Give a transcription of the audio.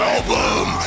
Album